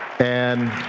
and